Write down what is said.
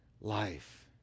life